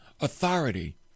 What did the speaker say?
authority